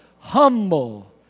humble